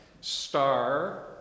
star